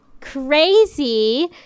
crazy